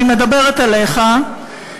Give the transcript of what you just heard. אני מדברת אליך,